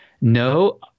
No